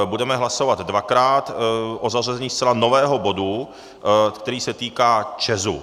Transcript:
Budeme hlasovat dvakrát o zařazení zcela nového bodu, který se týká ČEZu.